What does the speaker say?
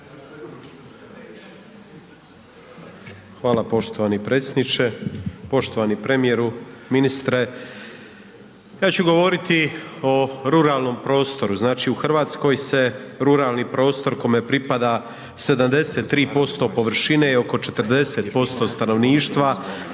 Hvala poštovani predsjedniče. Poštovani premijeru, ministre ja ću govoriti o ruralnom prostoru, znači u Hrvatskoj se ruralni prostor kome pripada 73% površine i oko 40% stanovništva